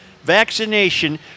Vaccination